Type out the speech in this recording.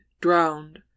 drowned